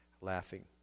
laughing